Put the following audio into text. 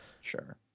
Sure